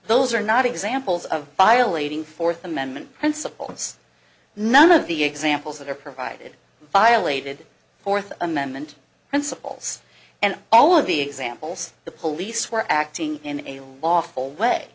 those are not examples of violating fourth amendment principles none of the examples that are provided violated fourth amendment principles and all of the examples the police were acting in a l